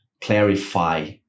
clarify